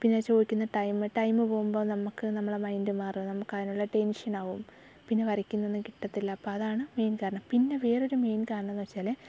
പിന്നെ ചോദിക്കുന്ന time time പോകുമ്പോൾ നമുക്ക് നമ്മുടെ മൈൻഡ് മാറും നമുക്ക് അതിനുള്ള ടെൻഷനാകും പിന്നെ വരയ്ക്കുന്ന ഒന്നും കിട്ടത്തില്ല അപ്പം അതാണ് മെയിൻ കാരണം പിന്നെ വേറെ ഒരു മെയിൻ കാരണംന്നുവച്ചാൽ